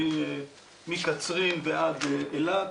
מקצרין ועד אילת,